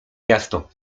miasto